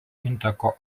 intako